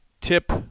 tip